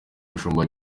mushumba